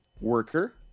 worker